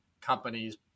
companies